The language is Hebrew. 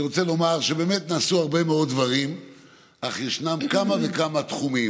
אני רוצה לומר שבאמת נעשו הרבה מאוד דברים אך יש כמה וכמה תחומים,